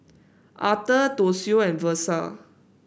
Aurthur Toshio and Versa